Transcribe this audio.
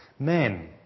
Men